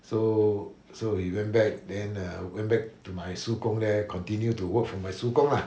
so so we went back then uh went back to my 叔公 there continue to work from my 叔公 ah